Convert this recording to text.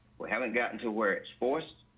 we haven't gotten to where it's forced.